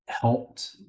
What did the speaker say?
helped